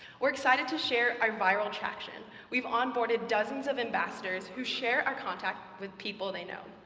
we're excited to share our viral traction. we've on boarded dozens of ambassadors who share our contact with people they know.